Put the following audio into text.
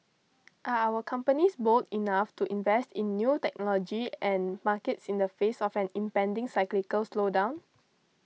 are our companies bold enough to invest in new technology and markets in the face of an impending cyclical slowdown